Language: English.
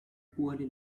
poorly